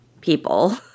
people